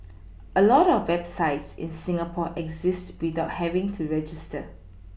a lot of websites in Singapore exist without having to register